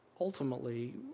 ultimately